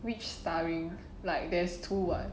which like there's two [what]